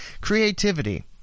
creativity